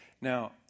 Now